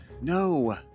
no